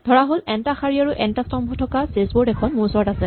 ধৰাহ'ল এন টা শাৰী আৰু এন টা স্তম্ভ থকা ছেচ বৰ্ড এখন মোৰ ওচৰত আছে